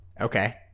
Okay